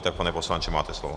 Tak, pane poslanče, máte slovo.